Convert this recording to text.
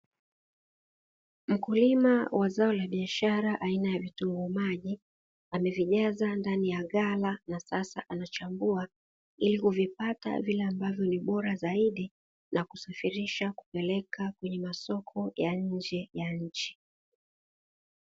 Mkulima wa zao la biashara aina ya vitunguu maji amevijaza ndani ya ghala na sasa anachambua ili kuvipata vile ambavyo ni bora zaidi, na kusafirisha kupeleka kwenye masoko ya nje ya nchi.